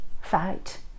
fight